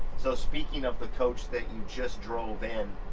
so speaking of the coach that you just drove in,